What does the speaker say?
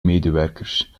medewerkers